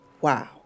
Wow